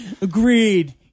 Agreed